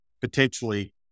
potentially